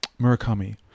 Murakami